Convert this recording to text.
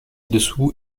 dessous